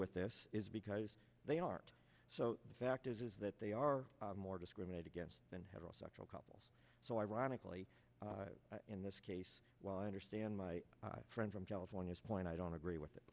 with this is because they aren't so the fact is that they are more discriminate against than heterosexual couples so ironically in this case while i understand my friend from california's point i don't agree with